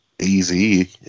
easy